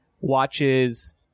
watches